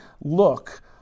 look